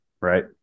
right